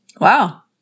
Wow